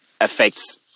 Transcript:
affects